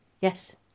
Yes